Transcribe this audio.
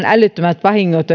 älyttömät vahingot